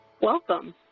Welcome